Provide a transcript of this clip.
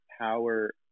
power